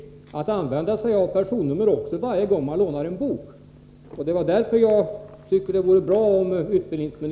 Därför ber jag att till utbildningsministern få framställa följande frågor: 1. Vidhåller utbildningsministern uppfattningen om de mindre högskolor nas stora betydelse för den regionala utvecklingen? 2.